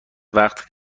وقت